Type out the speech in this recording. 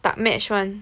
tak match [one]